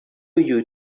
you